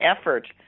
effort